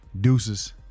deuces